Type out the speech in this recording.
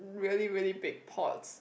really really big pots